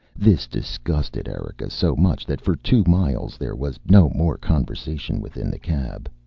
this disgusted erika so much that for two miles there was no more conversation within the cab.